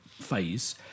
phase